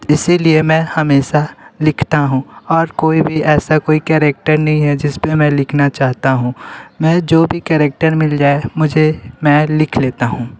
इसी लिए मैं हमेशा लिखता हूँ और कोई भी ऐसा कोई करैक्टर नहीं है जिस पर मैं लिखना चाहता हूँ मैं जो भी करैक्टर मिल जाए मुझे मैं लिख लेता हूँ